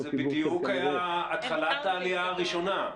זאת בדיוק הייתה התחלת העלייה הראשונה.